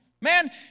Man